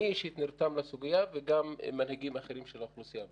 אני אישית נרתם לסוגיה וגם מנהיגים אחרים של האוכלוסייה הבדואית.